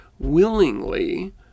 willingly